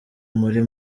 muri